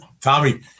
Tommy